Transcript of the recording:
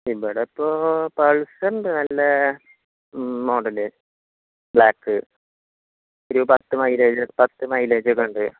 ഇവിടെ ഇപ്പോൾ പൾസർ ഉണ്ട് നല്ല മോഡൽ ബ്ലാക്ക് ഒരു പത്ത് മൈലേജ് പത്ത് മൈലേജ് ഒക്കെ ഉണ്ട്